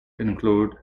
include